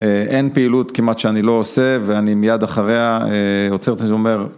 אין פעילות כמעט שאני לא עושה ואני מייד אחריה עוצר את זה ואומר